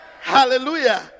Hallelujah